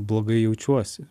blogai jaučiuosi